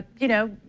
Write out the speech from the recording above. you know,